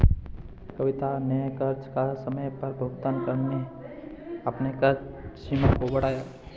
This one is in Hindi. कविता ने कर्ज का समय पर भुगतान करके अपने कर्ज सीमा को बढ़ाया